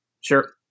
Sure